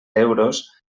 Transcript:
euros